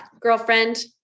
girlfriend